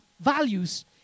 values